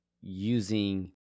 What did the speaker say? using